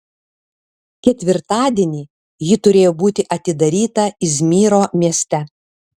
ketvirtadienį ji turėjo būti atidaryta izmyro mieste